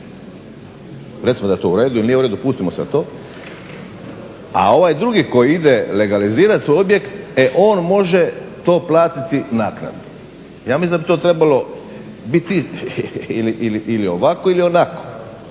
Recimo da je to u redu ili nije u redu pustimo sad to, a ovaj drugi koji ide legalizirati svoj objekt e on može to platiti naknadno. Ja mislim da bi to trebalo biti ili ovako ili onako,